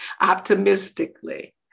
optimistically